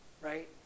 right